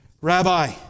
Rabbi